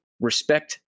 respect